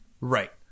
Right